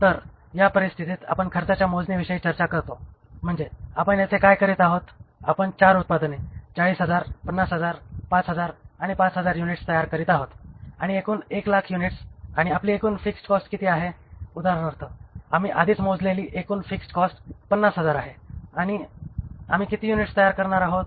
तर या परिस्थितीत आपण खर्चाच्या मोजणीविषयी चर्चा करतो म्हणजे आपण येथे काय करत आहोत आपण 4 उत्पादने 40000 50000 5000 आणि 5000 युनिट्स तयार करीत आहोत आणि एकूण 100000 युनिट्स आणि आपली एकूण फिक्स्ड कॉस्ट किती आहे उदाहरणार्थ आम्ही आधीच मोजलेली एकूण फिक्स्ड कॉस्ट 50000 आहे आणि आम्ही किती युनिट्स तयार करणार आहोत